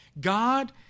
god